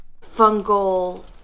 fungal